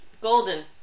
Golden